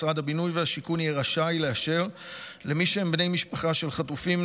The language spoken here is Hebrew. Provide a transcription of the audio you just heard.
משרד הבינוי והשיכון יהיה רשאי לאשר למי שהם בני משפחה של חטופים,